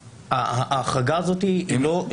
ההחרגה הזאת לא סבירה.